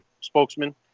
spokesman